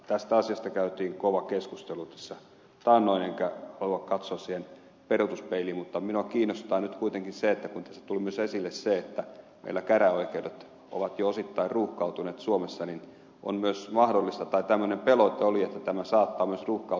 tästä asiasta käytiin kova keskustelu tässä taannoin enkä halua katsoa siihen peruutuspeiliin mutta minua kiinnostaa nyt kuitenkin se kun tässä tuli myös esille se että meillä käräjäoikeudet ovat jo osittain ruuhkautuneet suomessa ja on myös mahdollista tai tämmöinen pelote oli että tämä saattaa ruuhkauttaa tulevaisuudessa myös näitä käräjäoikeuksia